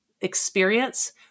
experience